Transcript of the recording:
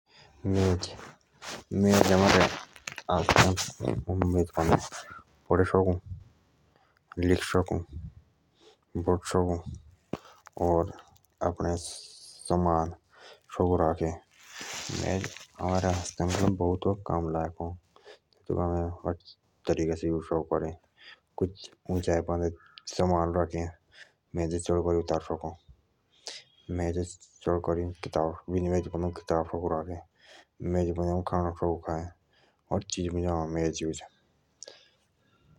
मेज आमारा ऐसा साघन अ जेतु पान्दे आम पढ़ें सकु लिख सकु बोठे सकु आपडो समान सकु राखे तेतूक आमे हर तरिके से युज सकु करें ऊंचाई को समान सक दअरे उन्दो सक गाड़ें मेजो पान्दे आम खाणक सक खाएं हर चीज मुझ आअ मेज कामे।